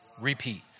repeat